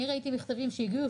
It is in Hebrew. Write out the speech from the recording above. אני ראיתי מכתבים שהגיעו,